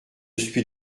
suis